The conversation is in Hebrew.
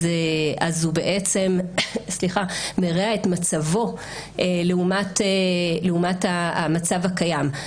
אז הוא בעצם מרע את מצבו לעומת המצב הקיים,